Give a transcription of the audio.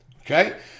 okay